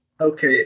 Okay